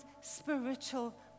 spiritual